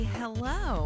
hello